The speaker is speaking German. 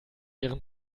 ihren